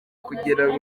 kugira